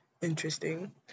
interesting